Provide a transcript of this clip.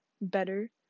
better